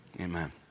Amen